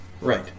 Right